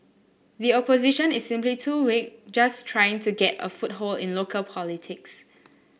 the Opposition is simply too weak just trying to get a foothold in local politics